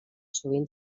sovint